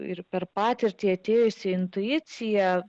ir per patirtį atėjusi intuicija